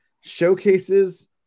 showcases